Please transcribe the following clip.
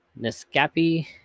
Nescapi